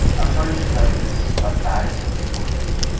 i'm sorry to tell you this, but that is how the story goes.